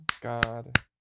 God